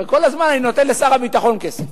הרי כל הזמן אני נותן לשר הביטחון כסף,